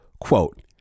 Quote